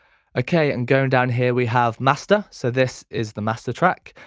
ok and going down here we have master so this is the master track.